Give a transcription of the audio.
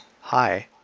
Hi